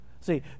See